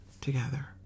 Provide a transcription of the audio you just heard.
together